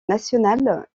nationale